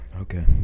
Okay